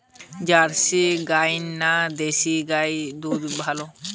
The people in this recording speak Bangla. জার্সি গাই না দেশী গাইয়ের দুধ ভালো?